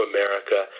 America